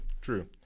True